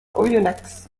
oyonnax